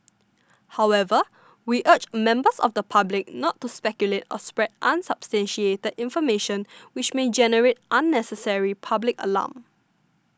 however we urge members of the public not to speculate or spread unsubstantiated that information which may generate unnecessary public alarm